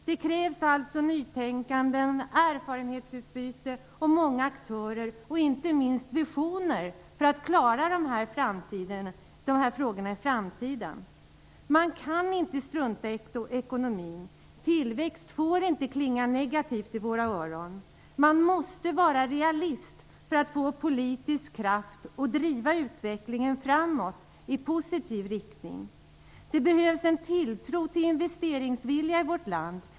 Det krävs alltså ett nytänkande, ett erfarenhetsutbyte och många aktörer, och inte minst behövs det visioner för att klara de här frågorna i framtiden. Man kan inte strunta i ekonomin. Ordet tillväxt får inte klinga negativt i våra öron. Man måste vara realist för att få politisk kraft att driva utvecklingen framåt i positiv riktning. Det behövs en tilltro till investeringsviljan i vårt land.